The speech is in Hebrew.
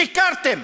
שיקרתם,